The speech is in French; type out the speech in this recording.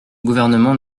gouvernement